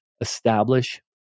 establish